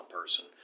person